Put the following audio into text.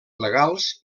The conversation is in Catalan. legals